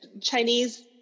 Chinese